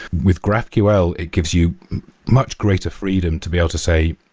with graphql, it gives you much greater freedom to be able to say,